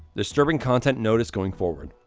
disturbing content notice going forward.